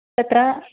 तत्र